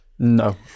No